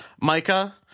Micah